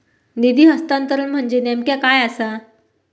निधी हस्तांतरण म्हणजे नेमक्या काय आसा?